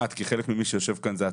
אני חושב שהפתרונות של כל מי שיושב כאן.